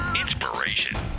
Inspiration